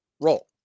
Roll